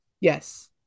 Yes